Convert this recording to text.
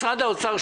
משרד האוצר,